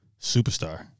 superstar